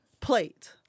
plate